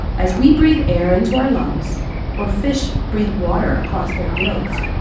as we breathe air into our lungs or fish breathe water across their gills,